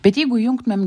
bet jeigu jungtumėm